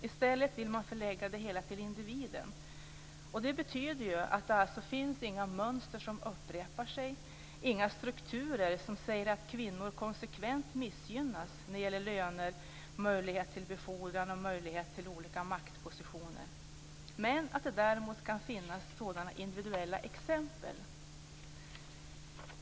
I stället vill man förlägga det hela till individen. Det betyder att det inte finns några mönster som upprepar sig, inte några strukturer som säger att kvinnor konsekvent missgynnas när det gäller löner, möjlighet till befordran och möjlighet till olika maktpositioner, men att det däremot kan finnas sådana individuella exempel.